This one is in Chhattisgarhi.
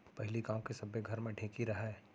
पहिली गांव के सब्बे घर म ढेंकी रहय